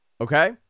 okay